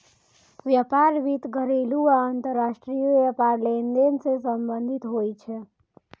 व्यापार वित्त घरेलू आ अंतरराष्ट्रीय व्यापार लेनदेन सं संबंधित होइ छै